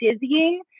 dizzying